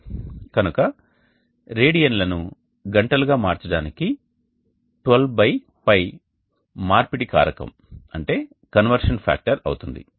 కనుక రేడియన్లను గంటలు గా మార్చడానికి 12 π మార్పిడి కారకం అవుతుంది